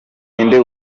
inde